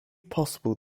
possible